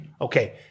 Okay